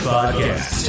Podcast